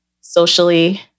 socially